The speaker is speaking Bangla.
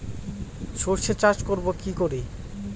সর্ষে চাষ করব কি করে?